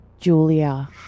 julia